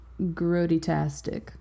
grody-tastic